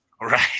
Right